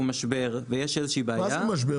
משבר ויש איזושהי בעיה --- מה זה משבר?